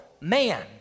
man